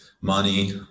money